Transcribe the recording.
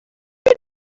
why